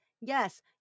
Yes